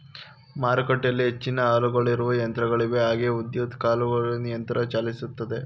ಮಾರುಕಟ್ಟೆಲಿ ಹೆಚ್ಚಿನ ಹಾಲುಕರೆಯೋ ಯಂತ್ರಗಳಿವೆ ಹಾಗೆ ವಿದ್ಯುತ್ ಹಾಲುಕರೆಯೊ ಯಂತ್ರ ಚಾಲ್ತಿಯಲ್ಲಯ್ತೆ